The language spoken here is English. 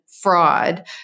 fraud